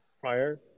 prior